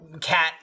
cat